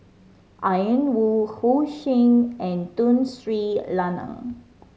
Ian Woo Ho Ching and Tun Sri Lanang